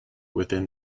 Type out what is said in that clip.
within